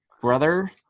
brother